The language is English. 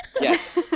Yes